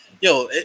Yo